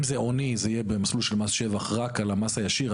אם זה הוני זה יהיה במסלול של מס שבח רק על המס הישיר,